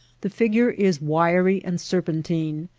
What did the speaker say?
the figure is wiry and serpentine,